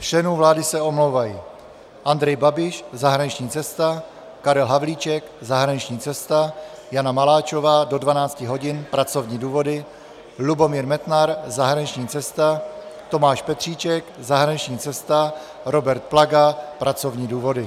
Z členů vlády se omlouvají: Andrej Babiš zahraniční cesta, Karel Havlíček zahraniční cesta, Jana Maláčová do 12 hodin pracovní důvody, Lubomír Metnar zahraniční cesta, Tomáš Petříček zahraniční cesta, Robert Plaga pracovní důvody.